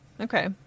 Okay